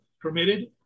permitted